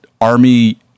army